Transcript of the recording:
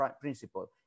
principle